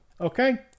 Okay